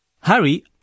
Harry